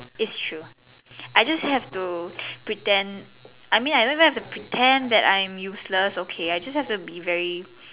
its true I just have to pretend I mean I don't even have to pretend that I am useless okay I just have to be very